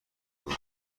بود